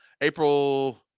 April